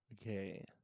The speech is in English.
Okay